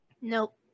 Nope